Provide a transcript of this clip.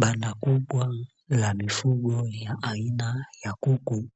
Banda kubwa la mifugo ya aina ya kuku